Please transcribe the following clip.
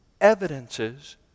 evidences